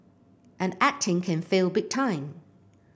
and acting can fail big time